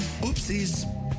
Oopsies